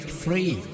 free